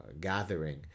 gathering